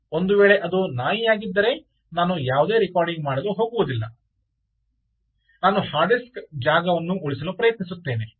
ಒಂದು ವೇಳೆ ಅದು ನಾಯಿಯಾಗಿದ್ದರೆ ನಾನು ಯಾವುದೇ ರೆಕಾರ್ಡಿಂಗ್ ಮಾಡಲು ಹೋಗುವುದಿಲ್ಲ ನಾನು ಹಾರ್ಡ್ ಡಿಸ್ಕ್ ಜಾಗವನ್ನು ಉಳಿಸಲು ಪ್ರಯತ್ನಿಸುತ್ತೇನೆ